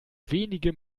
wenige